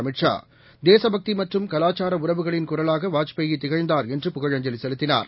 அமித்ஷா தேசப்பக்தி மற்றும் கலாசார உறவுகளின் குரலாக வாஜ்பாய் திகழ்ந்தார் என்று புகழஞ்சலி செலுத்தினார்